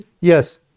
Yes